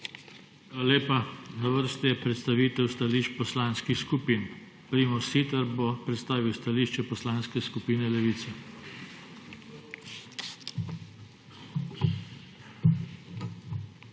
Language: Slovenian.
lepa. Sledi predstavitev stališč poslanskih skupin. Luka Mesec bo predstavil stališče Poslanske skupine Levica.